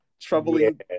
troubling